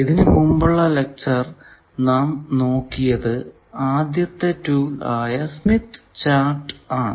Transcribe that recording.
ഇതിനു മുമ്പുള്ള ലെക്ചറിൽ നാം നോക്കിയത് ആദ്യത്തെ ടൂൾ ആയ സ്മിത്ത് ചാർട് ആണ്